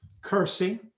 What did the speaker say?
cursing